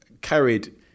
carried